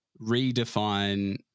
redefine